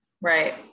Right